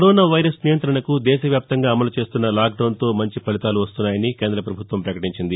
corona virus నియంతణకు దేశవ్యాప్తంగా అమలు చేస్తున్న లాక్డౌన్తో మంచి ఫలితాలు వస్తున్నాయని కేంద్ర పభుత్వం పకటించింది